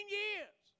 years